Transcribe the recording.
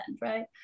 right